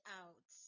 out